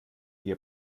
ihr